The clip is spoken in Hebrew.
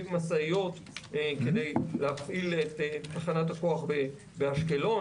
משאיות כדי להפעיל את תחנת הכוח באשקלון.